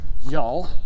Y'all